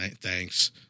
thanks